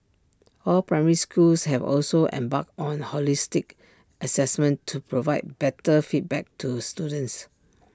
all primary schools have also embarked on holistic Assessment to provide better feedback to students